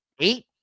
eight